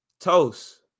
Toast